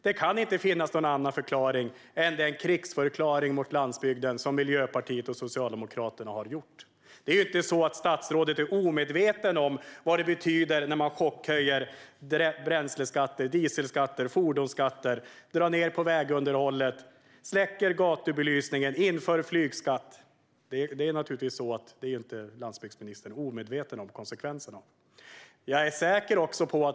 Det kan inte finnas någon annan förklaring till krigsförklaringen mot landsbygden från Miljöpartiet och Socialdemokraterna. Det är inte så att statsrådet är omedveten om vad det betyder när man chockhöjer bränsleskatter, dieselskatter och fordonsskatter, drar ned på vägunderhållet, släcker gatubelysningen och inför flygskatt. Naturligtvis är landsbygdsministern inte omedveten om vilka konsekvenser som detta får.